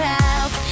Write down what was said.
help